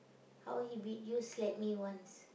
how he beat you slap me once